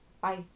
Bye